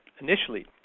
initially